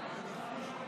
הרעלות),